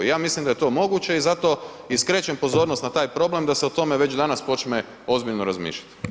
I ja mislim da je to moguće i zato i skrećem pozornost na taj problem da se o tome već danas počne ozbiljno razmišljati.